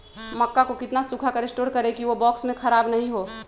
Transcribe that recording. मक्का को कितना सूखा कर स्टोर करें की ओ बॉक्स में ख़राब नहीं हो?